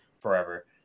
forever